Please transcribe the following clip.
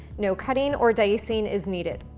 no cutting or dicing is needed.